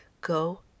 Go